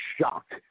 shocked